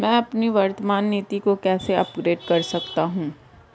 मैं अपनी वर्तमान नीति को कैसे अपग्रेड कर सकता हूँ?